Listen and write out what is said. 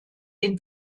den